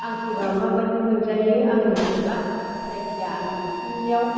आं थैब्ला माबायदि मोनजायो आं मिन्थिला जायखिजाया आं थासान्दियाव